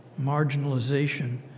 marginalization